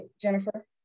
jennifer